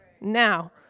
Now